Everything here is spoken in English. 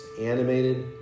Animated